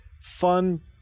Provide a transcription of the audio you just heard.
fun